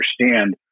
understand